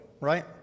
right